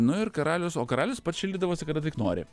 nu ir karalius o karalius pats šildydavosi kada tik nori